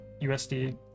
USD